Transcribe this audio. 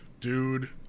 Dude